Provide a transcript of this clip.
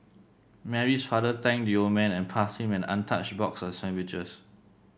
Mary's father thanked the old man and passed him an untouched box of sandwiches